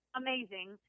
amazing